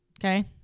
okay